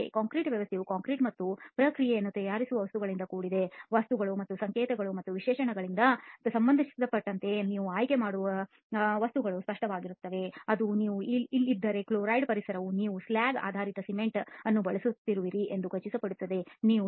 ಕಾಂಕ್ರೀಟ್ವ್ಯವಸ್ಥೆಯು concrete ಮತ್ತು ಪ್ರಕ್ರಿಯೆಗಳನ್ನು ತಯಾರಿಸುವ ವಸ್ತುಗಳಿಂದ ಕೂಡಿದೆ ವಸ್ತುಗಳು ಮತ್ತು ಸಂಕೇತಗಳು ಮತ್ತು ವಿಶೇಷಣಗಳಿಗೆ ಸಂಬಂಧಪಟ್ಟಂತೆ ನೀವು ಆಯ್ಕೆ ಮಾಡುವ ವಸ್ತುಗಳು ಸ್ಪಷ್ಟವಾಗಿರುತ್ತವೆ ಅದು ನೀವು ಇದ್ದರೆ ಕ್ಲೋರೈಡ್ ಪರಿಸರವು ನೀವು ಸ್ಲ್ಯಾಗ್ ಆಧಾರಿತ ಸಿಮೆಂಟ್ ಅನ್ನು ಬಳಸುತ್ತಿರುವಿರಿ ಎಂದು ಖಚಿತಪಡಿಸುತ್ತದೆ ನೀವು 0